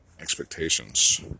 expectations